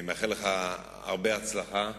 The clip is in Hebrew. אני מאחל לך הרבה הצלחה.